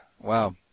Wow